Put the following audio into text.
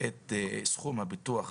את סכום הביטוח